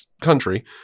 country